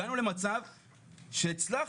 הגענו למצב שהצלחנו.